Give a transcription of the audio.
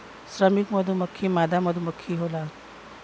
श्रमिक मधुमक्खी मादा मधुमक्खी होला